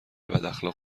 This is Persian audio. بداخلاق